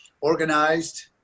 organized